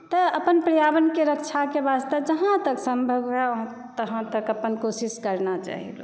तऽ अपन अपन पर्यावरणके रक्षाके वास्ते जहाँ तक संभव हुए तहाँ तक अपन कोशिश करना चाही लोकके